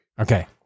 Okay